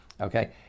okay